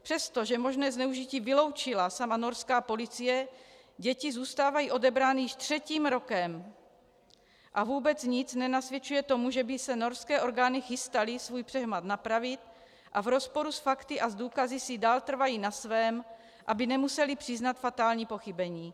Přestože možné zneužití vyloučila sama norská policie, děti zůstávají odebrány již třetím rokem a vůbec nic nenasvědčuje tomu, že by se norské orgány chystaly svůj přehmat napravit, a v rozporu s fakty a s důkazy si dál trvají na svém, aby nemusely přiznat fatální pochybení.